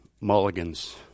mulligans